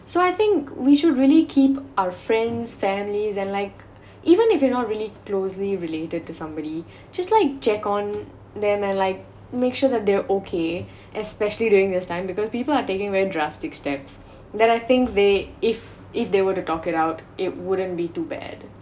so I think we should really keep our friends families and like even if you're not really closely related to somebody just like check on them and like make sure that they're okay especially during this time because people are taking very drastic steps then I think they if if they were to talk it out it wouldn't be too bad